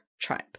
tribe